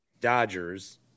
Dodgers